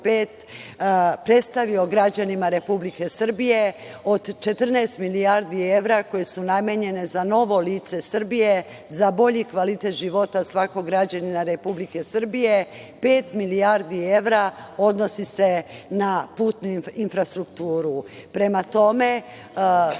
predstavio građanima Republike Srbije od 14 milijardi evra koje su namenjene za novo lice Srbije, za bolji kvalitet života svakog građanina Republike Srbije, pet milijardi evra odnosi se na putnu infrastrukturu. Prema tome,